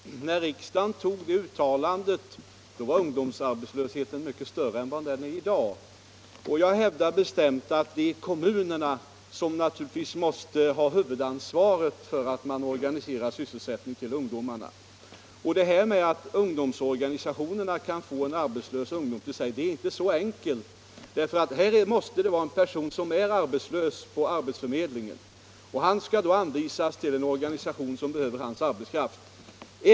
Herr talman! När riksdagen gjorde det nyssnämnda uttalandet, var ungdomsarbetslösheten mycket större än vad den är i dag. Jag hävdar bestämt att det är kommunerna som skall ha huvudansvaret för att man organiserar sysselsättning åt ungdomarna. Att ordna så att ungdomsorganisationerna kan få en arbetslös ungdom till sig är inte så enkelt. Det måste vara en person som är registrerad som arbetslös på arbetsförmedlingen, och han skall då hänvisas till en organisation som behöver hans arbetskraft.